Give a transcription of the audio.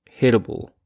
hittable